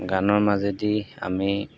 গানৰ মাজেদি আমি